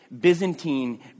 Byzantine